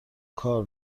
کار